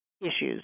Issues